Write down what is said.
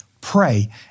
pray